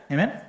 Amen